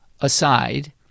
aside